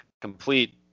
complete